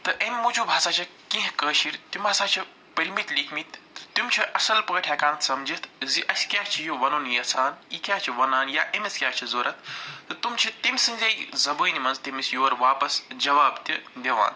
تہٕ اَمہِ موٗجوٗب ہَسا چھِ کیٚنٛہہ کٲشِرۍ تِم ہَسا چھِ پٔرمِتۍ لیٖکھمٕتۍ تِم چھِ اَصٕل پٲٹھۍ ہٮ۪کان سمجتھ زِ اَسہِ کیٛاہ چھِ یہِ وَنُن یَژھان یہِ کیٛاہ چھِ وَنان یا أمِس کیٛاہ چھِ ضروٗرت تہٕ تِم چھِ تٔمۍ سٕنٛزے زبٲنہِ منٛز تٔمِس یورٕ واپس جواب تہِ دِوان